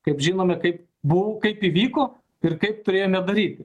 kaip žinome kaip buv kaip įvyko ir kaip turėjome daryti